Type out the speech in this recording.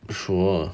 sure